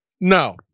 No